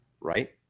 Right